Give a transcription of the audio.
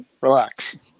Relax